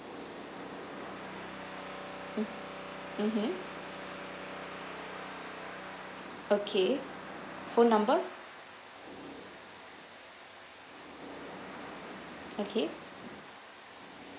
mmhmm okay phone number okay